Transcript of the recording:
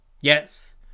yes